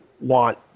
Want